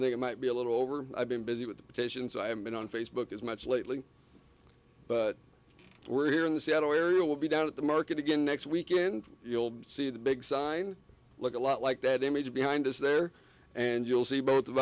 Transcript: they might be a little over i've been busy with petitions i have been on facebook as much lately but we're here in the seattle area will be down at the market again next weekend you'll see the big sign look a lot like that image behind us there and you'll see both of